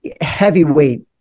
heavyweight